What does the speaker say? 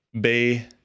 Bay